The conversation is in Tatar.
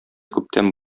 күптән